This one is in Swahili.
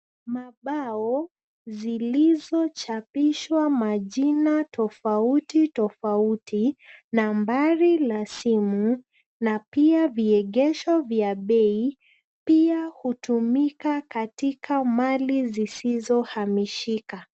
Mabao zilizochapishwa majina tofauti tofauti, nambari la simu na pia viegesho vya bei pia hutumika katika mali zisizohamishika.